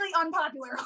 unpopular